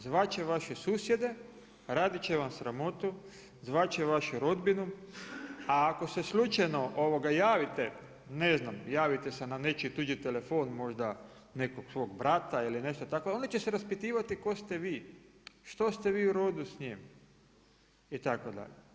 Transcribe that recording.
Zvat će vaše susjede, radit će vam sramotu, zvat će vašu rodbinu a ako se slučajno javite ne znam javite se na nečiji tuđi telefon možda nekog svog brata ili nešto tako, oni će se raspitivati tko ste vi, što ste vi u roku s njim itd.